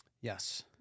Yes